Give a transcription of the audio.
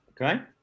Okay